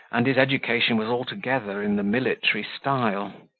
and his education was altogether in the military style.